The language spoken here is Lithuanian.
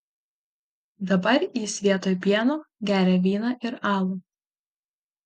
dabar jis vietoj pieno geria vyną ir alų